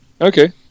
Okay